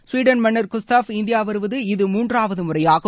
Sweden மன்னர் Gustaf India வருவது இது மூன்றாவது முறையாகும்